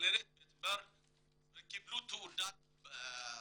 במכללת בית-ברל וקיבלו תעודת הוראה.